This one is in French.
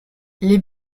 les